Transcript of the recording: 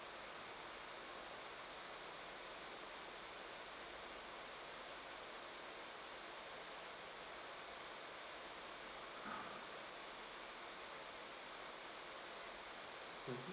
mmhmm